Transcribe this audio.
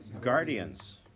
guardians